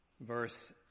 verse